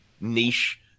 niche